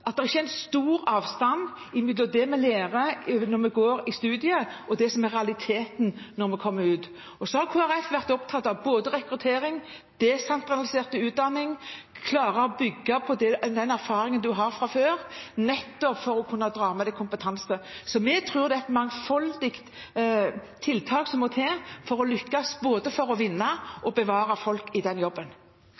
ikke er stor avstand mellom det man lærer når man går på studiet, og det som er realitetene når man kommer ut i yrket. Kristelig Folkeparti har vært opptatt av både rekruttering, desentralisert utdanning og å klare å bygge på den erfaringen man har fra før, for å kunne ta med seg kompetanse. Vi tror man må ha et mangfold av tiltak for å lykkes med både å